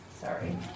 Sorry